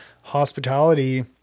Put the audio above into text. hospitality